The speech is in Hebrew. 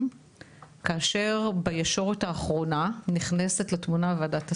כאשר בישורת האחרונה נכנסת לתמונה וועדת הסל,